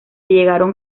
llegaron